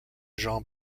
jean